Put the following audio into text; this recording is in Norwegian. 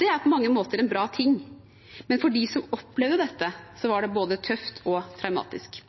Det er på mange måter en bra ting, men for dem som opplevde dette, var det både tøft og traumatisk.